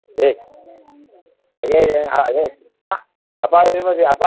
A അപ്പ വരുമ്പത്തിന് അപ്പ